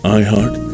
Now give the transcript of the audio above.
iHeart